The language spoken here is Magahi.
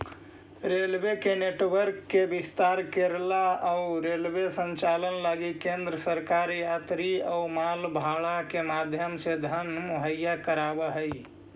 रेलवे के नेटवर्क के विस्तार करेला अउ रेलवे संचालन लगी केंद्र सरकार यात्री अउ माल भाड़ा के माध्यम से धन मुहैया कराव हई